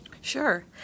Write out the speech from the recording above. Sure